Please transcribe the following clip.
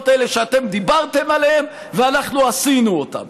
האלה שאתם דיברתם עליהן ואנחנו עשינו אותן.